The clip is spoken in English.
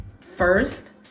first